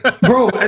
Bro